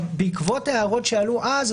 בעקבות הערות שעלו אז,